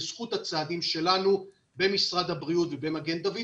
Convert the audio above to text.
בזכות הצעדים שלנו במשרד הבריאות ובמגן דוד